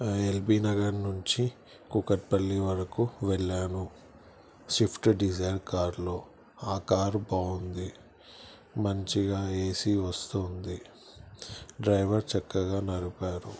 L B Nagar నుంచి కూకకట్పల్లి వరకు వెళ్ళాను స్విఫ్ట్ డిజైర్ కార్లో ఆ కారు బాగుంది మంచిగా ఏసీ వస్తూవుంది డ్రైవర్ చక్కగా నడిపారు